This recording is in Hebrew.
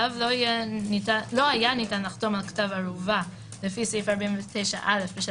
(ו) לא היה ניתן לחתום על כתב ערובה לפי סעיף 49(א) בשל